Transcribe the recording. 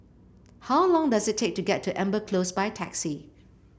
how long does it take to get to Amber Close by taxi